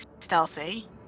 stealthy